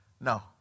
No